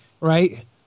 right